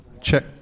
Check